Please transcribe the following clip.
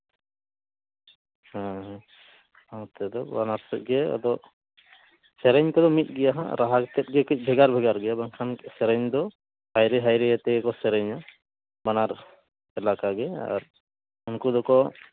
ᱦᱮᱸ ᱦᱮᱸ ᱚᱱᱛᱮ ᱫᱚ ᱵᱟᱱᱟᱨ ᱥᱮᱫᱜᱮ ᱟᱫᱚ ᱥᱮᱨᱮᱧ ᱠᱚᱫᱚ ᱢᱤᱫ ᱜᱮᱭᱟ ᱦᱟᱸᱜ ᱨᱟᱦᱟ ᱛᱮᱫᱜᱮ ᱠᱟᱹᱪᱼᱠᱟᱹᱡ ᱵᱷᱮᱜᱟᱨᱼᱵᱷᱮᱜᱟᱨ ᱜᱮᱭᱟ ᱵᱟᱝᱠᱷᱟᱱ ᱥᱮᱨᱮᱧ ᱫᱚ ᱦᱟᱭᱨᱮᱼᱦᱟᱭᱨᱮ ᱟᱛᱮᱫ ᱜᱮᱠᱚ ᱥᱮᱨᱮᱧᱟ ᱵᱟᱱᱟᱨ ᱮᱞᱟᱠᱟ ᱜᱮ ᱟᱨ ᱩᱱᱠᱩ ᱫᱚᱠᱚ